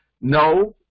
no